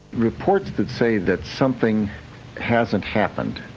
reports that say that something hasn't happened,